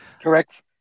Correct